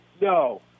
no